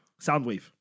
Soundwave